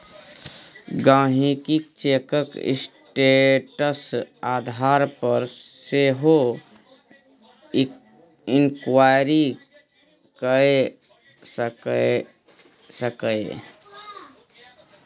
गांहिकी चैकक स्टेटस आधार पर सेहो इंक्वायरी कए सकैए